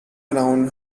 around